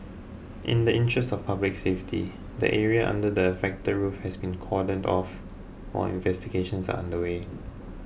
in the interest of public safety the area under the affected roof has been cordoned off while investigations are underway